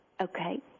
Okay